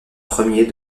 premiers